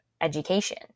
education